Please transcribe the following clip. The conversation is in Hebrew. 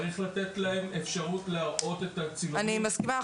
צריך לתת להן אפשרות להראות את הצילומים --- אני מסכימה.